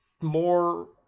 more